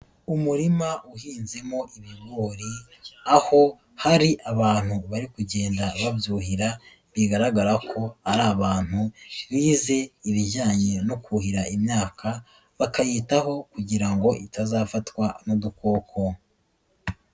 Umurima uhinzemo ibigori aho hari abantu bari kugenda babyuhira bigaragara ko ari abantu bize ibijyanye no kuhira imyaka bakayitaho kugira ngo itazafatwa n'udukoko.